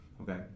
okay